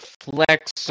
Flex